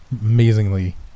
amazingly